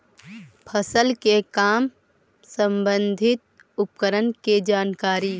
फसल के काम संबंधित उपकरण के जानकारी?